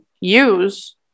use